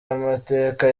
y’amateka